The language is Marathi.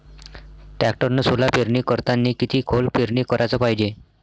टॅक्टरनं सोला पेरनी करतांनी किती खोल पेरनी कराच पायजे?